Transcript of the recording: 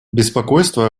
беспокойство